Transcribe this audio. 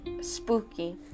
Spooky